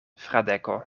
fradeko